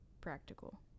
practical